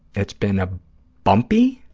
it's been a bumpy,